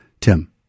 Tim